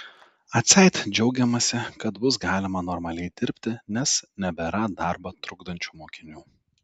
atseit džiaugiamasi kad bus galima normaliai dirbti nes nebėra darbą trukdančių mokinių